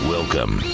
Welcome